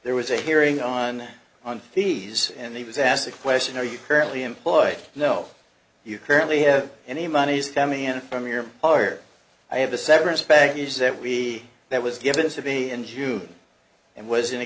there was a hearing on on these and he was asked a question are you currently employed no you currently have any monies damietta from your employer i have a severance package that we that was given to be in june and was in a